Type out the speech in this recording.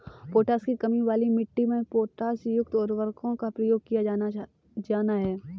potash की कमी वाली मिट्टी पर पोटाशयुक्त उर्वरकों का प्रयोग किया जाना है